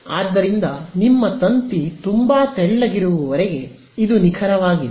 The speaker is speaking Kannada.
ಆದ್ದರಿಂದ ನಿಮ್ಮ ತಂತಿ ತುಂಬಾ ತೆಳ್ಳಗಿರುವವರೆಗೆ ಇದು ನಿಖರವಾಗಿದೆ